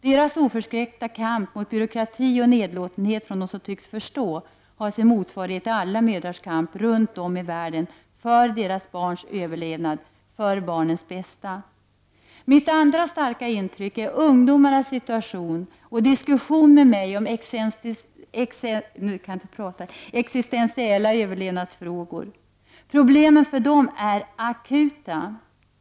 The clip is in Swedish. Deras oförskräckta kamp mot byråkrati och nedlåtenhet från dem som tycks förstå har sin motsvarighet i alla mödrars kamp runt om i världen för barnens överlevnad, för barnens bästa. Mitt andra starka intryck är ungdomarnas situation och deras diskussion med mig om existentiella överlevnadsfrågor. Problemen för dem är akuta.